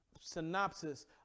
synopsis